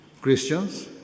Christians